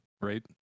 right